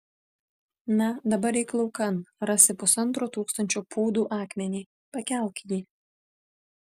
na dabar eik laukan rasi pusantro tūkstančio pūdų akmenį pakelk jį